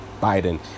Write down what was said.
Biden